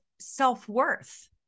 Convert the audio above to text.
self-worth